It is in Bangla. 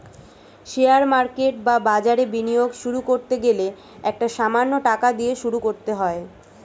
শেয়ার মার্কেট বা বাজারে বিনিয়োগ শুরু করতে গেলে একটা সামান্য টাকা দিয়ে শুরু করতে হয়